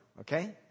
okay